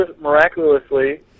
miraculously